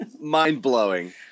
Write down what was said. mind-blowing